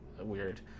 weird